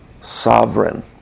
sovereign